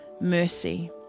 mercy